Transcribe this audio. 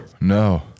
no